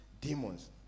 demons